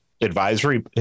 advisory